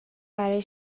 برای